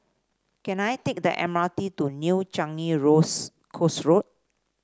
can I take the M R T to New Changi Coast Road